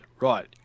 right